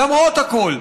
למרות הכול,